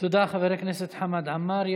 תודה, חבר הכנסת חמד עמאר.